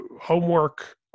homework